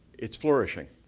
it's flourishing.